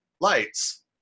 lights